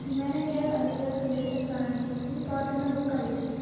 جی میں نے cab Aligarh قلعے تک جانے کے لیے سو روپے میں بک کری تھی